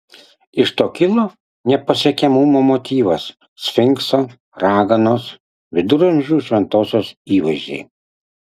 iš to kilo nepasiekiamumo motyvas sfinkso raganos viduramžių šventosios įvaizdžiai